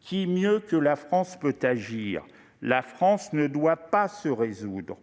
Qui mieux que la France peut agir ? La France ne doit pas se résoudre